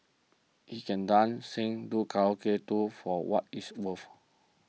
he can dance sing do Karate too for what it's woeful